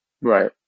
Right